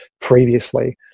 previously